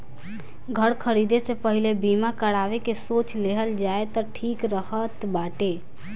घर खरीदे से पहिले बीमा करावे के सोच लेहल जाए तअ ठीक रहत बाटे